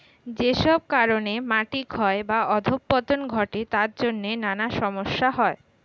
যেসব কারণে মাটি ক্ষয় বা অধঃপতন ঘটে তার জন্যে নানা সমস্যা হয়